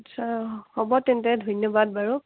আচ্ছা হ'ব তেন্তে ধন্যবাদ বাৰু